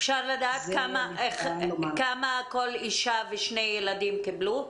אפשר לדעת כמה כל אישה ושני ילדים קיבלו?